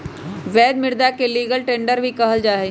वैध मुदा के लीगल टेंडर भी कहल जाहई